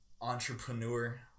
entrepreneur